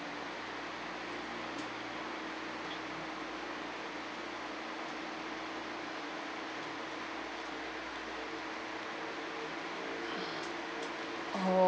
oh